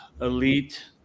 elite-